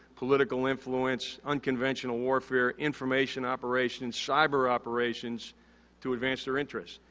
political influence, unconventional warfare, information operations, cyber operations to advance their interests.